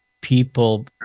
people